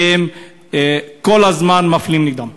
על כך שכל הזמן מפלים אותם.